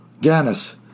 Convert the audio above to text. Ganis